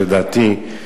ולדעתי,